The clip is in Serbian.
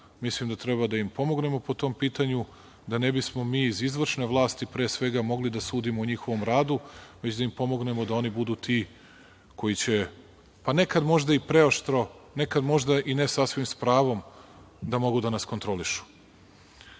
mislim da treba da im pomognemo po tom pitanju, da ne bismo mi iz izvršne vlasti pre svega mogli da sudimo o njihovom radu, već da im pomognemo da oni budu ti koji će pa nekad možda i preoštro, nekad možda i ne sasvim s pravom da mogu da nas kontrolišu. Što